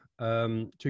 Two